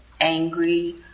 angry